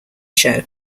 show